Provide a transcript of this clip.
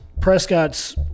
Prescott's